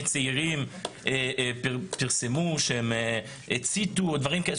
צעירים פרסמו שהם הציתו או דברים כאלה.